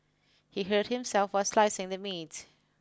he hurt himself while slicing the meat